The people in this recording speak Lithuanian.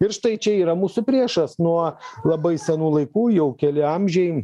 ir štai čia yra mūsų priešas nuo labai senų laikų jau keli amžiai